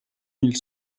mille